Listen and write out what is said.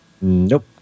Nope